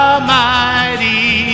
Almighty